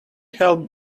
help